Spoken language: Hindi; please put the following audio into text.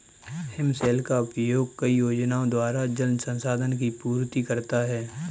हिमशैल का उपयोग कई योजनाओं द्वारा जल संसाधन की पूर्ति करता है